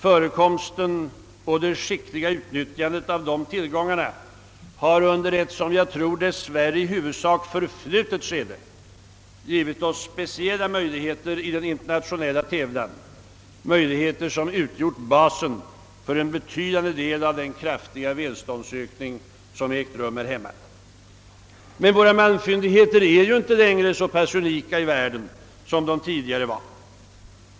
Förekomsten och det skickliga utnyttjandet av de tillgångarna har under ett som jag tror dess värre i huvudsak förflutet skede gett oss speciella möjligheter i den internationella tävlan. Dessa möjligheter har utgjort basen för en betydande del av den kraftiga välståndsökning som ägt rum i vårt land. Men våra malmfyndigheter är inte längre så unika i världen som tidigare.